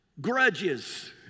grudges